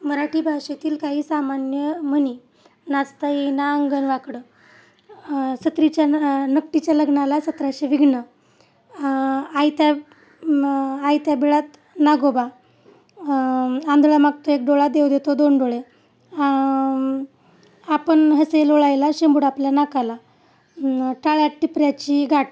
मराठी भाषेतील काही सामान्य म्हणी नाचता येई ना अंगण वाकडं सत्रीच्या न नकटीच्या लग्नाला सतराशे विघ्न आयत्या आयत्या बिळात नागोबा आंंधळा मागतो एक डोळा देव देतो दोन डोळे आपण हसे लोळायला शिंबूड आपल्या नाकाला टाळ्या टिपऱ्याची गाठ